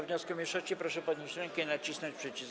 wniosku mniejszości, proszę podnieść rękę i nacisnąć przycisk.